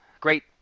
great